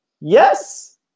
yes